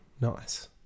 nice